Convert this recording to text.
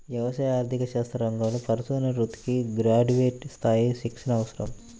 వ్యవసాయ ఆర్థిక శాస్త్ర రంగంలో పరిశోధనా వృత్తికి గ్రాడ్యుయేట్ స్థాయి శిక్షణ అవసరం